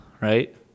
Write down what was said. right